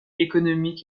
économiques